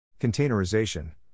Containerization